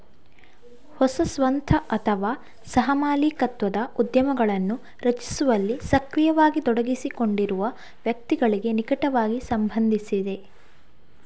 ಹೊಸ ಸ್ವಂತ ಅಥವಾ ಸಹ ಮಾಲೀಕತ್ವದ ಉದ್ಯಮಗಳನ್ನು ರಚಿಸುವಲ್ಲಿ ಸಕ್ರಿಯವಾಗಿ ತೊಡಗಿಸಿಕೊಂಡಿರುವ ವ್ಯಕ್ತಿಗಳಿಗೆ ನಿಕಟವಾಗಿ ಸಂಬಂಧಿಸಿದೆ